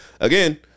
again